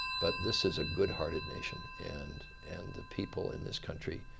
but this is a good hearted nation and and the people in this country